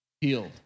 healed